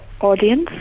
audience